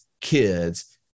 kids